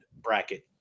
bracket